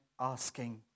asking